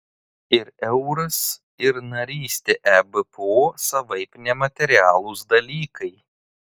ir euras ir narystė ebpo savaip nematerialūs dalykai